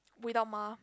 without mah